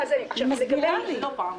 ניסיתי לענות,